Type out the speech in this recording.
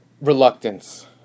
reluctance